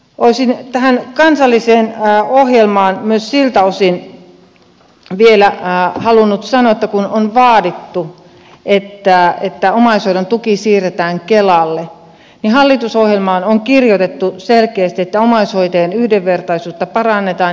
olisin tähän kansalliseen ohjelmaan myös siltä osin vielä halunnut sanoa että kun on vaadittu että omaishoidon tuki siirretään kelalle niin hallitusohjelmaan on kirjoitettu selkeästi että omaishoitajien yhdenvertaisuutta parannetaan